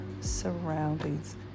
surroundings